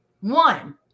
one